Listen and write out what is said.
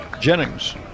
Jennings